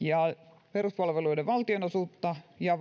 ja peruspalveluiden valtionosuutta ja